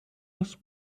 das